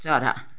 चरा